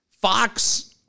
Fox